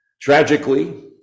Tragically